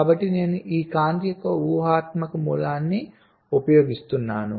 కాబట్టి నేను కాంతి యొక్క ఊహాత్మక మూలాన్ని ఉపయోగిస్తున్నాను